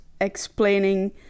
explaining